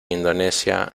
indonesia